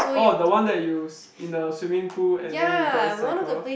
orh the one that use in the swimming pool and then you just cycle